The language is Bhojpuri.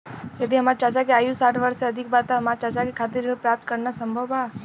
यदि हमार चाचा के आयु साठ वर्ष से अधिक बा त का हमार चाचा के खातिर ऋण प्राप्त करना संभव बा?